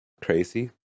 Crazy